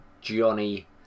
Johnny